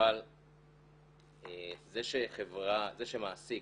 אבל זה שמעסיק,